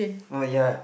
oh ya